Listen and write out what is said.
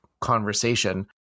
conversation